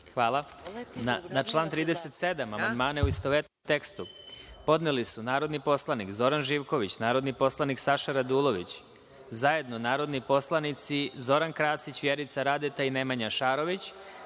Na član 37. amandmane, u istovetnom tekstu, podneli su narodni poslanik Zoran Živković, narodni poslanik Saša Radulović, zajedno narodni poslanici Zoran Krasić, Vjerica Radeta i Nemanja Šarović,